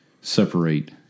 separate